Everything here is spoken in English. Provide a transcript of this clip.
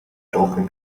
token